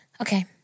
Okay